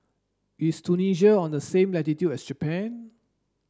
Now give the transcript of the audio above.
is Tunisia on the same latitude as Japan